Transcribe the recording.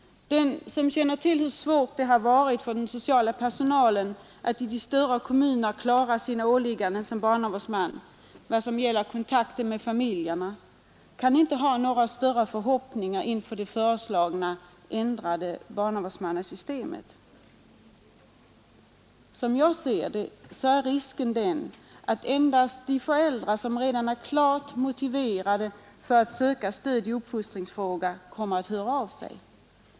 Den som känner till hur svårt det har varit för den sociala personalen att i de större kommunerna klara sina åligganden som barnavårdsmän i vad gäller kontakt med familjerna kan inte ha några större förhoppningar inför den föreslagna ändringen av barnavårdsmannasystemet. Som jag ser det är risken den att endast de föräldrar som redan är klart motiverade att söka stöd i uppfostringsfrågor kommer att låta höra av sig.